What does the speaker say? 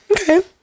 okay